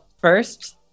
first